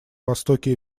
востоке